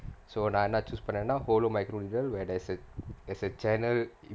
so நா என்ன:naa enna choose பண்ணேனா:pannaenaa hollow micro needle where there's a channel